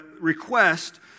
request